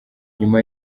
nyuma